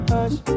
Hush